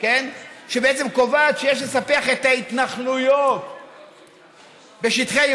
לפני כן דיברתי על הסתירות המהותיות הקיימות בתוך חוק